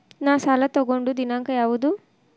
ನಾ ಸಾಲ ತಗೊಂಡು ದಿನಾಂಕ ಯಾವುದು?